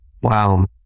Wow